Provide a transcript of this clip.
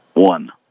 one